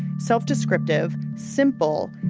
self descriptive, simple,